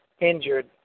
injured